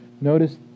Notice